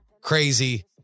crazy